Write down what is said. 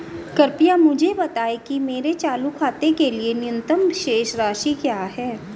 कृपया मुझे बताएं कि मेरे चालू खाते के लिए न्यूनतम शेष राशि क्या है